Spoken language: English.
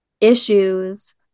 issues